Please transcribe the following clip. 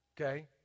Okay